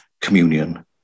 communion